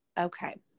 Okay